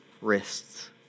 wrists